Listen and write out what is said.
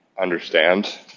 understand